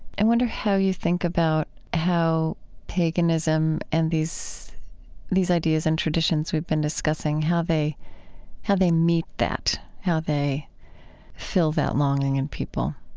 and wonder how you think about how paganism and these these ideas and traditions we've been discussing, how they how they meet that, how they fill that longing in people